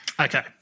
Okay